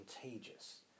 contagious